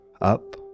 up